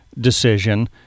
decision